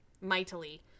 mightily